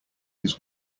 his